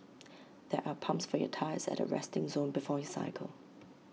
there are pumps for your tyres at the resting zone before you cycle